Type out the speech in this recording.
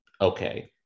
okay